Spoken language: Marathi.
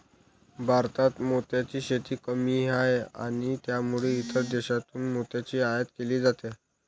भारतात मोत्यांची शेती कमी आहे आणि त्यामुळे इतर देशांतून मोत्यांची आयात केली जाते